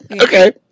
Okay